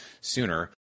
sooner